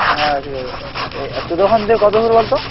হ্যাঁ ঠিক আছে তাহলে এই তোদের ওখান থেকে কত দূর বলতো